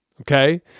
Okay